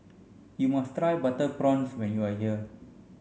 you must try butter prawns when you are here